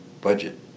budget